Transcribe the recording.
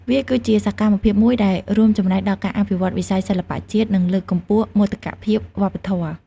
វាគឺជាសកម្មភាពមួយដែលរួមចំណែកដល់ការអភិវឌ្ឍវិស័យសិល្បៈជាតិ និងលើកកម្ពស់មោទកភាពវប្បធម៌។